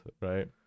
right